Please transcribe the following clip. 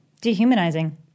Dehumanizing